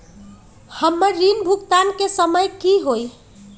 हमर ऋण भुगतान के समय कि होई?